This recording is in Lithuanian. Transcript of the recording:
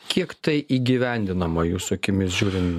kiek tai įgyvendinama jūsų akimis žiūrint